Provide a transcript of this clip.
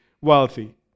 wealthy